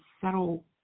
settle